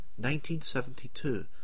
1972